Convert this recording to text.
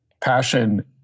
passion